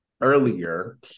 earlier